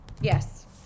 yes